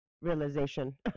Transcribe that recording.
realization